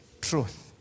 truth